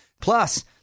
Plus